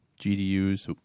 GDU's